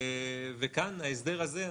כאן ההסדר הזה,